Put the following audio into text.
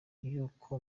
y’uko